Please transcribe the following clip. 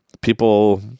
people